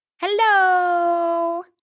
Hello